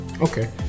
Okay